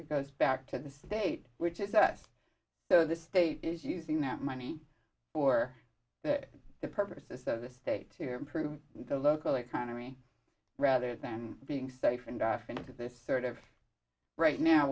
goes back to the state which is us so the state is using that money for the purposes of the state to improve the local economy rather than being siphoned off into this sort of right now